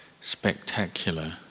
spectacular